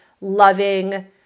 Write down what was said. loving